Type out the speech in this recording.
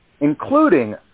including